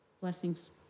Blessings